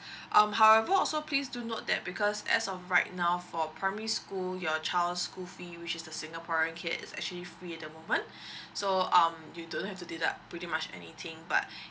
um however also please do note that because as of right now for primary school your child's school fee which is the singaporean kid is actually free at the moment so um you do not have to deduct pretty much anything but